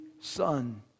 Son